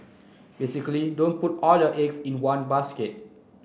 basically don't put all your eggs in one basket